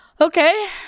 okay